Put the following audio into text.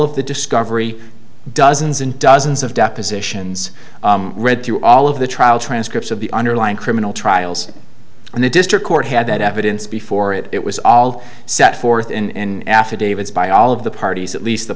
of the discovery dozens and dozens of depositions read through all of the trials transcripts of the underlying criminal trials and the district court had that evidence before it was all set forth in affidavits by all of the parties at least the